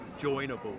joinable